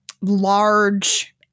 large